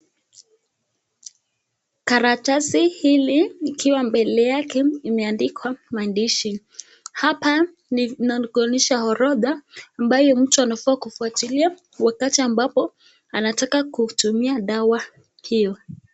Karatasi hili likiwa mbele yake imeandikwa maandishi. Hapa ni inakuonyesha orodha ambayo mtu anafaa kufwatilia wakati ambapo anataka kutumia dawa hiyo.